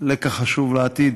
לקח חשוב לעתיד: